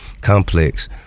Complex